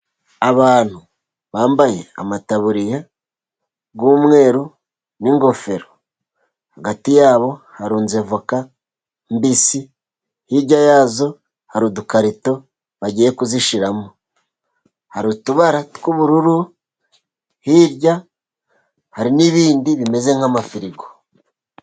Abantu bambaye amataburiya y'umweru n'ingofero, hagati yabo harunze avoka mbisi, hirya yazo hari udukarito bagiye kuzishyiramo, hari utubara tw'ubururu, hirya hari n'ibindi bimeze nk'amafirigo.